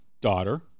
daughter